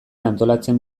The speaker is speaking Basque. antolatzen